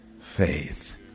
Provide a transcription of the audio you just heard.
Faith